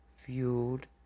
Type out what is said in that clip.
fueled